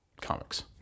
Comics